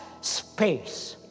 space